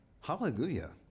Hallelujah